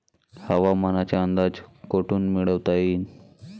हवामानाचा अंदाज कोठून मिळवता येईन?